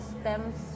stems